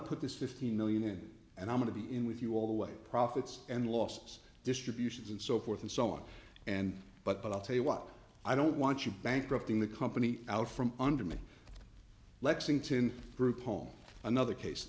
put this fifteen million in and i'm going to be in with you all the way profits and losses distributions and so forth and so on and but i'll tell you what i don't want you bankrupting the company out from under me lexington groupon another case